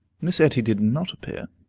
miss etty did not appear,